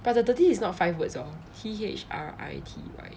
but the thirty is not five words oh T_H_R_I_T_Y